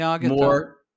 more